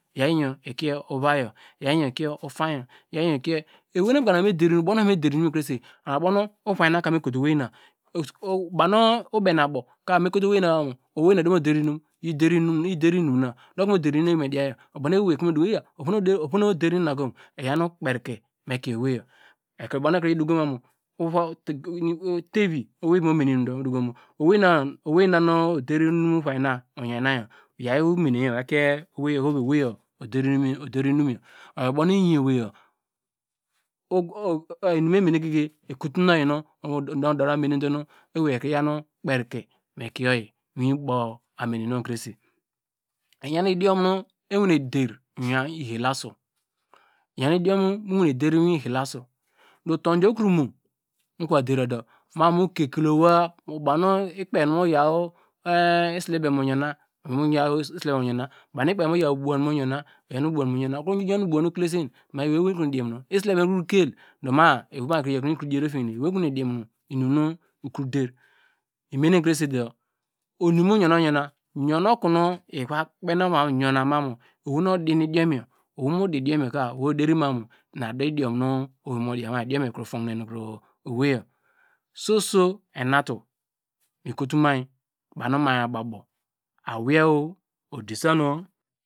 Iyaw iyor ikie uvaii yaw iyor ikie utainy yor ewei nu ogbanke me der inum, ubowunu evaime der inum yor krese ubownu uvai nake me kuto ewei yor banu ubene abow ka me kotu owei na, oderimu dero inum yi der inum na ubow nu ovumu der inum yor krese oyor ubonu ekro yan kperke mekieyo teyi owwi mu deroinum oyina yaw umene yaw kie oweiyor ohovi oweigor oder inum yor oyor ubowunu ini owei yor inum me mene ekotunu oyei nu odota mene nu kpeke me kie yor mu iwin abow umene nu kresi eyan idiom nu ewene der mu ihelasu iyin idiom mu wane der mu ihelasu utudi kro mu koma var dera mamu keklewa bainu ikpe komu yaw iselebem baw nu ikpe komu yaw ubuwan mu yor na oyinu ubuwan mu yona okro youn kilesan ma ikro diom mu no isi lebem ikro kel ma iyor nu ikro dir te ofiehine inum nu okro devi imene krese inum mu yona yona yorn mu konu iva kpen okonu younan ma mu owei nu odin idiom yor owei odevima ina adu idiom nu owei mu diya soso enatu mikoto mi baw nu mi abow abow awei odesanu.